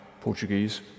Portuguese